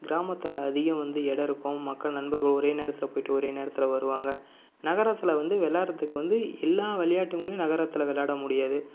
கிராமத்தில் அதிகம் வந்து இடம் இருக்கும் மக்கள் நண்பர்கள் ஒரே நேரத்தில் போயிட்டு ஒரே நேரத்தில் வருவாங்க நகரத்தில் வந்து விளாட்றதுக்கு வந்து எல்லாம் விளையாட்டுங்களையும் நகரத்தில் விளாட முடியாது